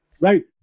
Right